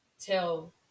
tell